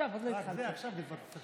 אי-אפשר לסמוך על אף אחד, גם על הרבנות.